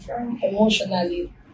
emotionally